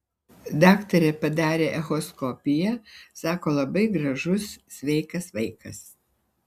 daktarė padarė echoskopiją sako labai gražus sveikas vaikas